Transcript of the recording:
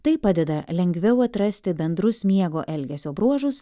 tai padeda lengviau atrasti bendrus miego elgesio bruožus